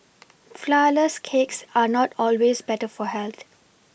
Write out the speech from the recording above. flourless cakes are not always better for health